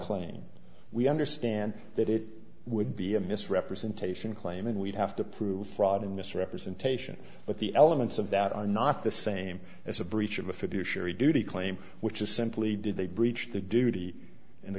claim we understand that it would be a misrepresentation claim and we'd have to prove fraud and misrepresentation but the elements of that are not the same as a breach of a fiduciary duty claim which is simply did they breached the duty and the